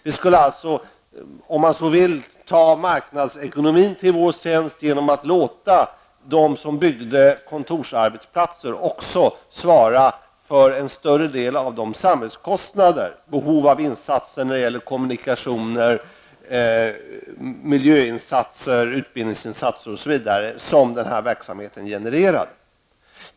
Vi skulle, om man så vill, ta marknadsekonomin i vår tjänst genom att låta dem som bygger kontorsarbetsplatser också svara för en större del av de samhällskostnader -- behov av insatser när det gäller kommunikationer, miljöinsatser, utbildningsinsatser osv. -- som den verksamheten genererar.